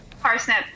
Parsnip